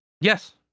Yes